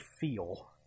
feel